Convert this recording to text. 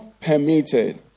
permitted